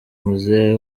muzehe